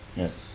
ya